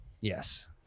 Yes